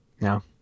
No